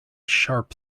sharp